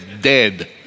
dead